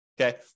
okay